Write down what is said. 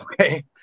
Okay